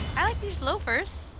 i like these loafers.